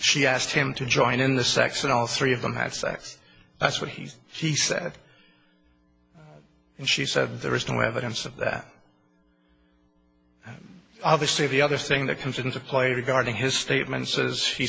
she asked him to join in the sex and all three of them had sex that's what he she said and she said there is no evidence of that obviously the other thing that comes into play regarding his statements as he